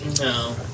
No